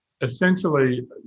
essentially